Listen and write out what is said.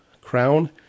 crown